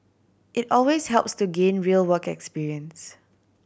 it always helps to gain real work experience